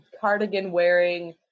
cardigan-wearing